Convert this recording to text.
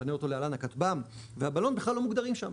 נכנה אותו להלן הכטב"מ והבלון בכלל לא מוגדרים שם.